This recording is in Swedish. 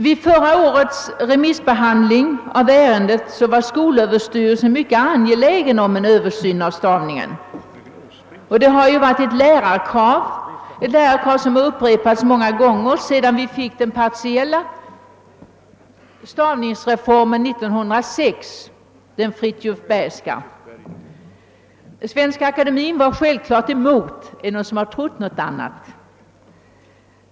Vid förra årets remissbehandling av ärendet var skolöverstyrelsen mycket angelägen om en översyn av stavningsreglerna, och det har varit ett lärarkrav som upprepats många gånger sedan vi fick den partiella stavningsreformen 1906, den Fridtjuv Bergska. Svenska akademien var självklart emot, hade någon trott något annat?